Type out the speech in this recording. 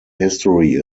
history